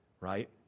Right